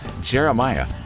Jeremiah